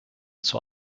zur